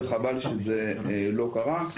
וחבל שזה לא קרה.